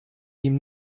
ihm